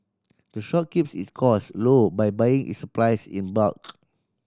the shop keeps its cost low by buying its supplies in bulk